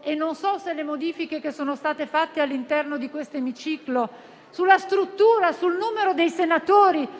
però, non so se le modifiche che sono state fatte all'interno di questo Emiciclo, sulla struttura, sul numero dei senatori,